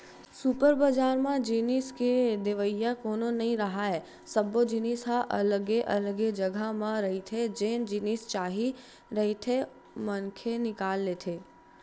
super बजार म जिनिस के देवइया कोनो नइ राहय, सब्बो जिनिस ह अलगे अलगे जघा म रहिथे जेन जिनिस चाही रहिथे मनखे निकाल लेथे